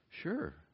Sure